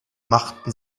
machten